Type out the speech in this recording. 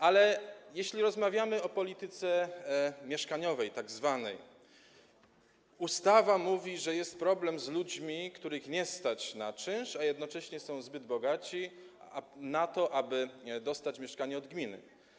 Ale jeśli rozmawiamy o tzw. polityce mieszkaniowej, to ustawa mówi, że jest problem z ludźmi, których nie stać na czynsz, a jednocześnie są zbyt bogaci na to, aby dostać mieszkanie od gminy.